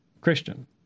Christian